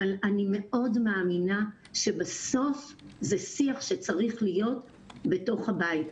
אבל אני מאוד מאמינה שבסוף זה שיח שצריך להיות בתוך הבית.